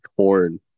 torn